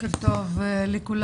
בוקר טוב לכולם.